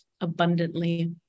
abundantly